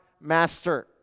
master